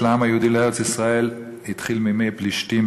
העם היהודי לארץ-ישראל התחיל מימי פלישתים,